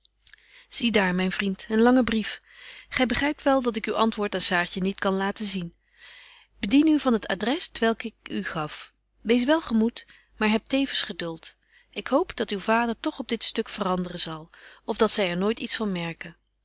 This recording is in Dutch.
zie daar myn vriend een langen brief gy begrypt wel dat ik uw antwoord aan saartje niet kan laten zien bedien u van het adrès t welk ik u gaf wees wel gemoed maar heb tevens geduld ik hoop dat uw vader toch op dit stuk veranderen zal of dat zy er nooit iets van merke